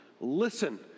Listen